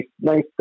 nice